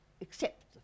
accept